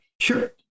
Sure